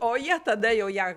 o jie tada jau ją